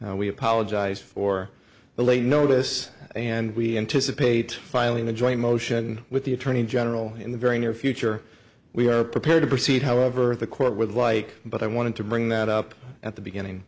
we apologize for the late notice and we anticipate filing a joint motion with the attorney general in the very near future we are prepared to proceed however the court would like but i wanted to bring that up at the beginning